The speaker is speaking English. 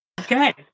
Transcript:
Okay